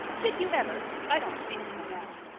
did you ever? i don't speak to her now.